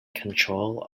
control